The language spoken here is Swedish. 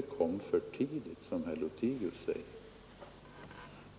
kommit till för tidigt, som herr Lothigius anser.